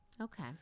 Okay